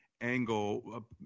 angle